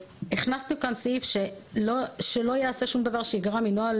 הכנסנו כאן סעיף שלא ייעשה שום דבר שייגרע מנוהל